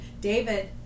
David